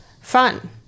fun